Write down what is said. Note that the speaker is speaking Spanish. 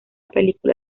película